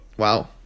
wow